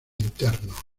interno